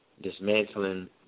Dismantling